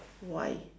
why